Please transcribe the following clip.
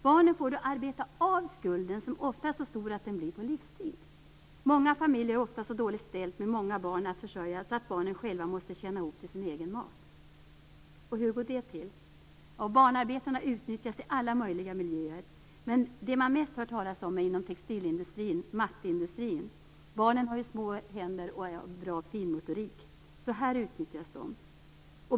Barnen får då arbeta av skulden, som ofta är så stor att den blir på livstid. Många familjer har ofta så dåligt ställt, med många barn att försörja, så att barnen själva måste tjäna ihop till sin egen mat." Hur går det då till? Jo: "Barnarbetarna utnyttjas i alla möjliga miljöer. - Men det man mest hör talas om är inom textilindustrin". Barnen har ju små händer och bra finmotorik, så här utnyttjas de.